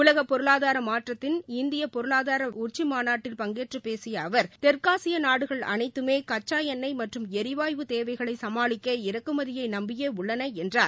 உலக பொருளாதார மன்றத்தின் இந்திய பொருளாதார உச்சிமாநாட்டில் பங்கேற்று பேசிய அவர் தெற்காசிய நாடுகள் அனைத்துமே கச்சா எண்ணெய் மற்றும் எரிவாயு தேவைகளை சுமாளிக்க இறக்குமதியை நம்பியே உள்ளன என்றார்